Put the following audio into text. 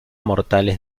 mortales